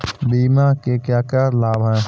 बीमा के क्या क्या लाभ हैं?